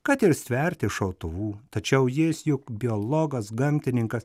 kad ir stverti šautuvų tačiau jis juk biologas gamtininkas